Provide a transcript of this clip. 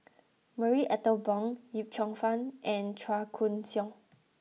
Marie Ethel Bong Yip Cheong Fun and Chua Koon Siong